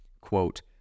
quote